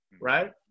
right